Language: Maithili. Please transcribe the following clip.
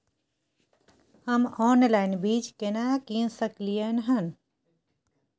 हम ऑनलाइन बीज केना कीन सकलियै हन?